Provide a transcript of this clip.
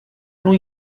new